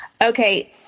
Okay